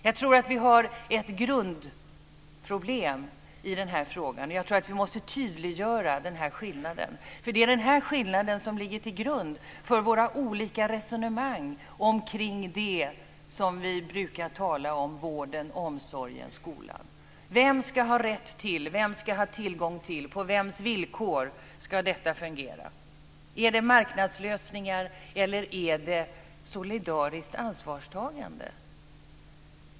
Jag tror att vi har ett grundproblem i den här frågan och att vi måste tydliggöra denna skillnad, för det är den här skillnaden som ligger till grund för våra olika resonemang kring det som vi brukar tala om: vården, omsorgen och skolan. Vem ska ha "rätt till"? Vem ska ha "tillgång till"? På vems villkor ska detta fungera? Är det fråga om marknadslösningar, eller är det fråga om solidariskt ansvarstagande?